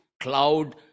Cloud